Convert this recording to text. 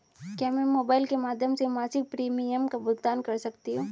क्या मैं मोबाइल के माध्यम से मासिक प्रिमियम का भुगतान कर सकती हूँ?